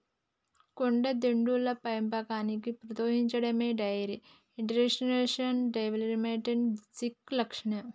కోడెదూడల పెంపకాన్ని ప్రోత్సహించడమే డెయిరీ ఎంటర్ప్రెన్యూర్షిప్ డెవలప్మెంట్ స్కీమ్ లక్ష్యం